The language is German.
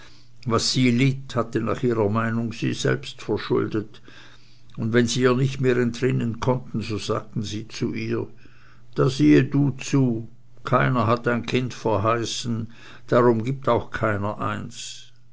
was sie litt hatte nach ihrer meinung sie verschuldet und wenn sie ihr nicht mehr entrinnen konnten so sagten sie zu ihr da siehe du zu keiner hat ein kind verheißen darum gibt auch keiner eins